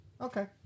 Okay